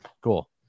cool